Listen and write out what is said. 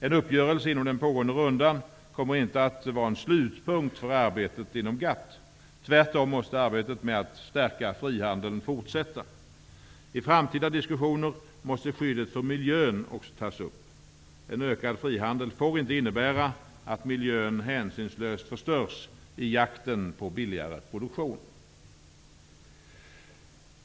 En uppgörelse inom den pågående rundan kommer inte att vara en slutpunkt för arbetet inom GATT. Arbetet med att stärka frihandeln måste tvärtom fortsätta. I framtida diskussioner måste skyddet för miljön också tas upp. En ökad frihandel får inte innebära att miljön hänsynslöst förstörs i jakten på billigare produktion.